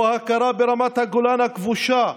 הוא הכרה ברמת הגולן הכבושה,